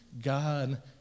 God